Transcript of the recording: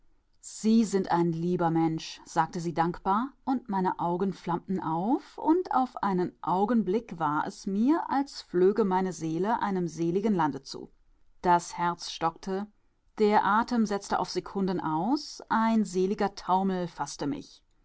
sie sind ein lieber mensch sagte sie dankbar und meine augen flammten auf und auf einen augenblick war es mir als flöge meine seele einem seligen lande zu das herz stockte der atem setzte auf sekunden aus ein seliger taumel faßte mich